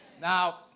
Now